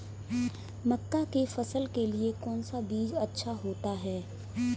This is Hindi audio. मक्का की फसल के लिए कौन सा बीज अच्छा होता है?